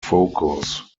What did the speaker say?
focus